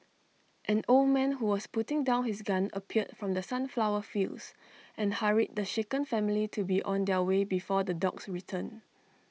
an old man who was putting down his gun appeared from the sunflower fields and hurried the shaken family to be on their way before the dogs return